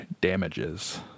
damages